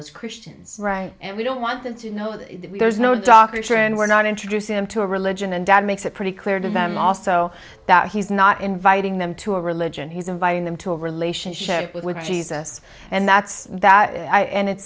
those christians right and we don't want them to know that there's no doctrine we're not introduce them to a religion and dad makes it pretty clear to them also that he's not inviting them to a religion he's inviting them to a relationship with jesus and that's that i and it's